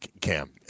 Cam